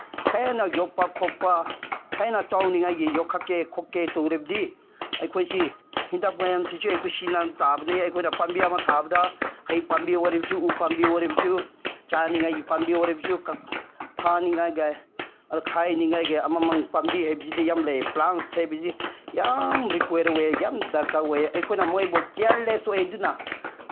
ꯍꯦꯟꯅ ꯌꯣꯛꯄ ꯈꯣꯠꯄ ꯍꯦꯟꯅ ꯆꯥꯎꯅꯤꯡꯉꯥꯏꯒꯤ ꯌꯣꯛꯈꯠꯀꯦ ꯈꯣꯠꯀꯦ ꯇꯧꯔꯕꯗꯤ ꯑꯩꯈꯣꯏꯁꯤ ꯍꯤꯗꯥꯛ ꯃꯌꯥꯝꯁꯤꯁꯨ ꯑꯩꯈꯣꯏ ꯁꯤꯖꯤꯟꯅꯕ ꯇꯥꯕꯅꯤ ꯑꯩꯈꯣꯏꯅ ꯄꯥꯝꯕꯤ ꯑꯃ ꯊꯥꯕꯗ ꯍꯩ ꯄꯥꯝꯕꯤ ꯑꯣꯏꯔꯕꯁꯨ ꯎ ꯄꯥꯝꯕꯤ ꯑꯣꯏꯔꯕꯁꯨ ꯆꯥꯅꯤꯉꯥꯏꯒꯤ ꯄꯥꯝꯕꯤ ꯑꯣꯏꯔꯕꯁꯨ ꯊꯥꯅꯤꯉꯥꯏꯒꯤ ꯑꯗꯣ ꯈꯥꯏꯅꯤꯉꯥꯏꯒ ꯑꯃꯃꯝ ꯄꯥꯝꯕꯤ ꯍꯥꯏꯕꯁꯤꯗ ꯌꯥꯝ ꯂꯩꯌꯦ ꯄ꯭ꯂꯥꯟꯁ ꯍꯥꯏꯕꯁꯤ ꯌꯥꯝ ꯔꯤꯀ꯭ꯋꯦꯔ ꯑꯣꯏꯌꯦ ꯌꯥꯝ ꯗꯔꯀꯥꯔ ꯑꯣꯏꯌꯦ ꯑꯩꯈꯣꯏꯅ ꯃꯣꯏꯕꯨ ꯀꯤꯌꯥꯔꯂꯦꯁ ꯑꯣꯏꯗꯨꯅ